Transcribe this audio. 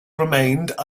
remained